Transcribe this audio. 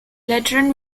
lateran